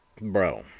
bro